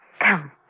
come